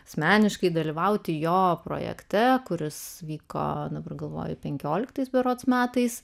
asmeniškai dalyvauti jo projekte kuris vyko dabar galvoju penkioliktais berods metais